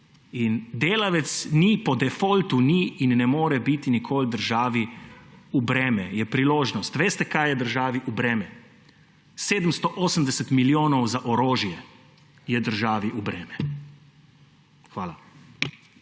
In delavec ni po defaultu ni in ne more biti nikoli državi v breme, je priložnost. Veste, kaj je državi v breme? 780 milijonov za orožje je državi v breme. Hvala.